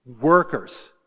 workers